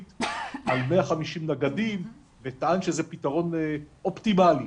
על 150 נגדים וטען שזה פתרון אופטימלי.